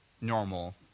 normal